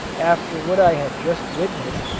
after what i had just witnessed,